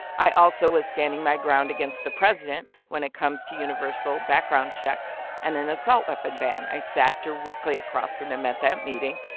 i also was standing my ground against the president when it comes to universal background checks and an assault weapon ban. i sat directly across from him at that meeting,